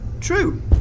True